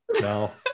No